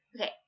Okay